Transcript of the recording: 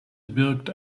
birgt